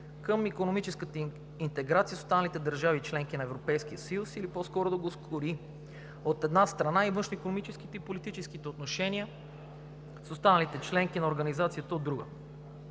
към икономическата интеграция с останалите държави – членки на Европейския съюз, или по-скоро да го ускори, от една страна, и външноикономическите и политическите отношения с останалите членки на Организацията – от друга.